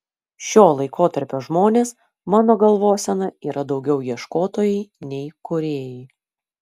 šio laikotarpio žmonės mano galvosena yra daugiau ieškotojai nei kūrėjai